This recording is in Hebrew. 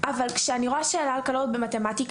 אבל כשאני רואה שאלה על קלוריות במתמטיקה,